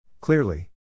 Clearly